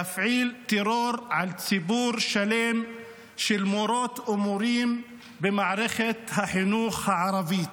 להפעיל טרור על ציבור שלם של מורות ומורים במערכת החינוך הערבית.